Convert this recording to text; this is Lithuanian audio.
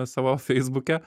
savo feisbuke